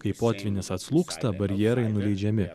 kai potvynis atslūgsta barjerai nuleidžiami